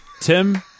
Tim